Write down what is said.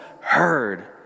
heard